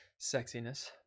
sexiness